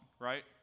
right